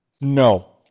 No